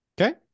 Okay